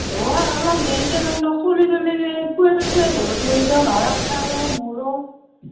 অ অলপ দেৰিকৈ যাম দিয়ক চ'লি ত'লি খোৱাই খোৱাই ঘৰত লৈ যাওঁ নহয় আপোনাৰো মোৰো